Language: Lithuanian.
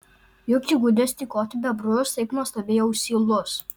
juk įgudęs tykoti bebrus taip nuostabiai ausylus